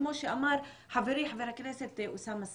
כמו שאמר חברי חבר הכנסת אוסאמה סעדי.